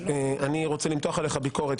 אני רוצה למתוח עליך ביקורת,